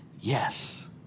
yes